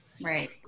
right